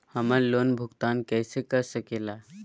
हम्मर लोन भुगतान कैसे कर सके ला?